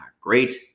great